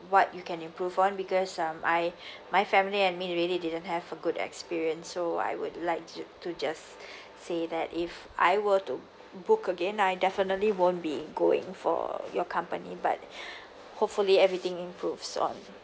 what you can improve on because um I my family and me we really didn't have a good experience so I would like to to just say that if I were to book again I definitely won't be going for your company but hopefully everything improves on